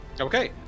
Okay